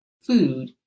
food